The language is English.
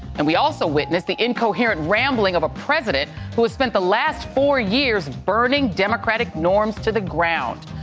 and we also witnessed the incoherent rambling of a president who has spent the last four years burning democratic norms to the ground.